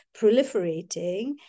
proliferating